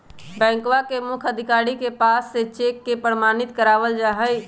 बैंकवा के मुख्य अधिकारी के पास से चेक के प्रमाणित करवावल जाहई